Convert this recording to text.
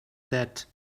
that